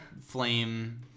Flame